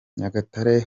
nyagatare